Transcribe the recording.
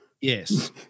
Yes